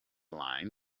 line